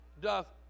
doth